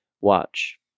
watch